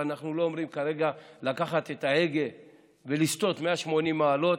ואנחנו לא אומרים כרגע לקחת את ההגה ולסטות 180 מעלות,